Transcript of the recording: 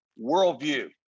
worldview